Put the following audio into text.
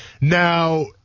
Now